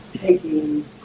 taking